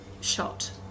shot